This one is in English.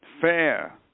fair